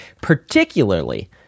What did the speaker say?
particularly